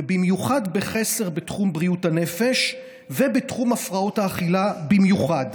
ובמיוחד בחסר בתחום בריאות הנפש ובתחום הפרעות האכילה במיוחד.